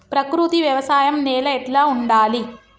ప్రకృతి వ్యవసాయం నేల ఎట్లా ఉండాలి?